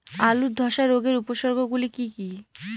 আলুর ধ্বসা রোগের উপসর্গগুলি কি কি?